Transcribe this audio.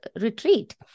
retreat